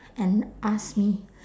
and ask me